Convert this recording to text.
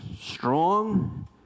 strong